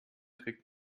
trägt